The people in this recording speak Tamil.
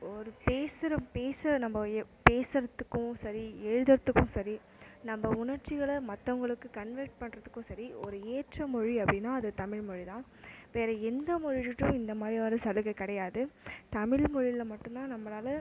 ஒரு பேசுகிற பேச நம்ப பேசுகிறதுக்கும் சரி எழுதுகிறத்துக்கும் சரி நம்ப உணர்ச்சிகளை மற்றவங்களுக்கு கன்வெர்ட் பண்ணுறதுக்கும் சரி ஒரு ஏற்ற மொழி அப்படின்னா அது தமிழ் மொழி தான் வேறு எந்த மொழியிலும் இந்த மாதிரி ஒரு சலுகை கிடயாது தமிழ் மொழியில மட்டுந்தான் நம்மளால்